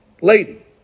lady